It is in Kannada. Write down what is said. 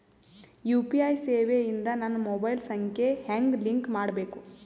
ಯು.ಪಿ.ಐ ಸೇವೆ ಇಂದ ನನ್ನ ಮೊಬೈಲ್ ಸಂಖ್ಯೆ ಹೆಂಗ್ ಲಿಂಕ್ ಮಾಡಬೇಕು?